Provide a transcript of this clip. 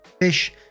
fish